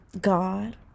God